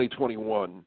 2021